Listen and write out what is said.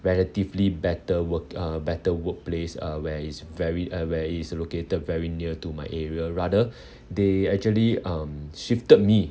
relatively better work uh better workplace uh where is very uh where it's located very near to my area rather they actually um shifted me